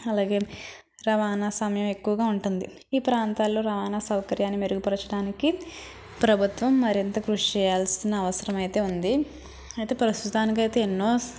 అలాగే రవాణా సమయం ఎక్కువగా ఉంటుంది ఈ ప్రాంతాల్లో రవాణా సౌకర్యాన్ని మెరుగుపరచటానికి ప్రభుత్వం మరింత కృషి చేయాల్సిన అవసరమయితే ఉంది అయితే ప్రస్తుతానికైతే ఎన్నో